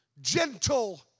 gentle